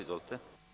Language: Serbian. Izvolite.